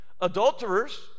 Adulterers